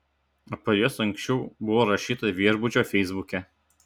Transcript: apie juos anksčiau buvo rašyta viešbučio feisbuke